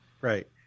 Right